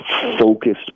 focused